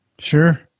Sure